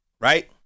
Right